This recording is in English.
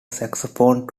saxophone